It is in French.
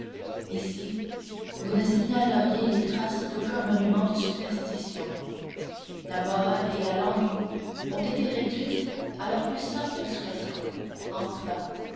ici vous ne signaleriez les traces d'aucun monument de superstition la morale et la langue ont été réduites à leur plus simple expression enfin